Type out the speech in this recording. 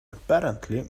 apparently